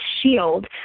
shield